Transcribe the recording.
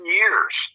years